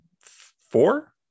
four